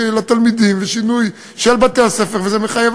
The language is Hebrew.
לתלמידים ושינוי של בתי-הספר וזה מחייב